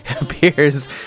appears